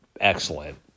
excellent